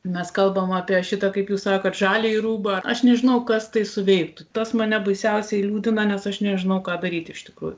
mes kalbam apie šitą kaip jūs sakot žaliąjį rūbą aš nežinau kas tai suveiktų tas mane baisiausiai liūdina nes aš nežinau ką daryti iš tikrųjų